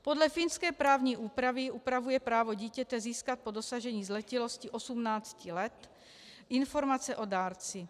Podle finské právní úpravy upravuje právo dítěte získat po dosažení zletilosti 18 let informace o dárci.